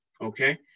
okay